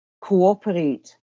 cooperate